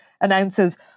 announces